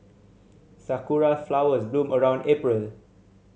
sakura flowers bloom around April